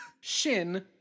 shin